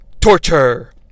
torture